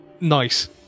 nice